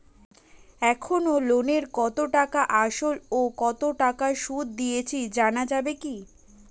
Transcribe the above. এখনো লোনের কত টাকা আসল ও কত টাকা সুদ দিয়েছি জানা যাবে কি?